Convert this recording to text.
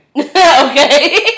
Okay